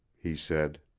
he said.